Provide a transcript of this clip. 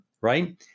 right